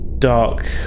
Dark